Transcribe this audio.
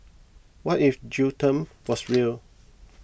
what if jail term was real